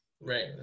Right